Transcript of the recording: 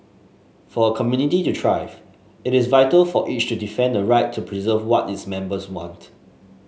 for a community to thrive it is vital for each to defend the right to preserve what its members want